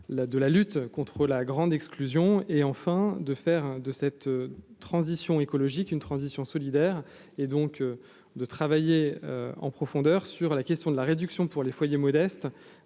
de la lutte contre la grande exclusion et enfin de faire de cette transition écologique une transition solidaires et donc de travailler en profondeur sur la question de la réduction pour les foyers modestes